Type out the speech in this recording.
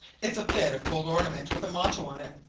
it's a bit of gold ornament, with a motto on it.